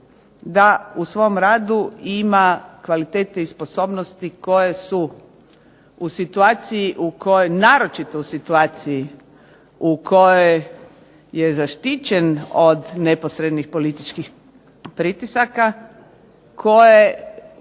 da u svom radu ima kvalitete i sposobnosti koje su u situaciji u kojoj naročito u situaciji u kojoj je zaštićen od neposrednih političkih pritisaka koje